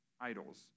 Idols